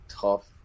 Tough